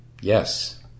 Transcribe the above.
Yes